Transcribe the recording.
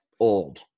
old